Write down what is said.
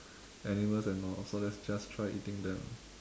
animals and all so let's just try eating them